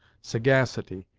sagacity,